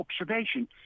observation